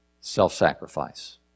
Self-sacrifice